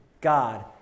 God